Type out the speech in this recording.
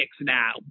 now